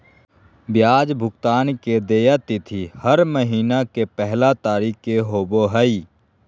ब्याज भुगतान के देय तिथि हर महीना के पहला तारीख़ के होबो हइ